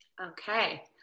Okay